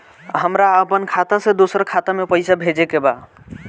हमरा आपन खाता से दोसरा खाता में पइसा भेजे के बा